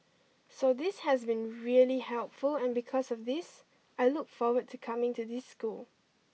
so this has been really helpful and because of this I look forward to coming to this school